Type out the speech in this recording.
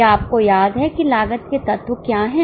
क्या आपको याद है कि लागत के तत्व क्या है